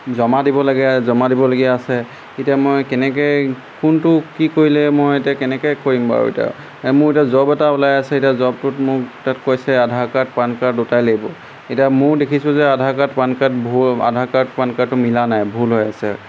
জমা দিব লাগে জমা দিবলগীয়া আছে এতিয়া মই কেনেকৈ কোনটো কি কৰিলে মই এতিয়া কেনেকৈ কৰিম বাৰু এতিয়া মোৰ এতিয়া জব এটা ওলাই আছে এতিয়া জবটোত মোক তাত কৈছে আধাৰ কাৰ্ড পান কাৰ্ড দুয়োটাই লাগিব এতিয়া মোৰ দেখিছোঁ যে Aadhaar card PAN card Aadhaar card PAN কাৰ্ডটো মিলা নাই ভুল হৈ আছে